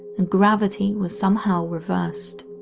and gravity was somehow reversed.